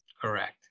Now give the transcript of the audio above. Correct